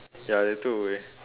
ya they took away